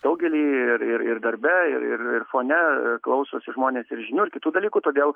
daugeliui ir ir ir darbe ir fone klausosi žmonės ir žinių ir kitų dalykų todėl